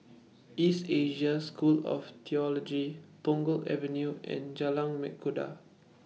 East Asia School of Theology Punggol Avenue and Jalan Mengkudu